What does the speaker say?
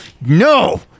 No